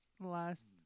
last